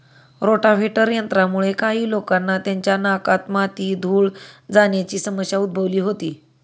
rotavator यंत्रामुळे काही लोकांना त्यांच्या नाकात माती, धूळ जाण्याची समस्या उद्भवली होती